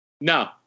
No